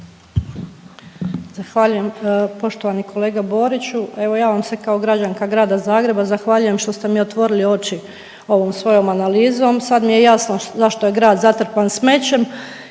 Zahvaljujem. Poštovani kolega Boriću, evo ja vam se kao građanka Grada Zagreba zahvaljujem što ste mi otvorili oči ovom svojom analizom, sad mi je jasno zašto je grad zatrpan smećem